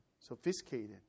sophisticated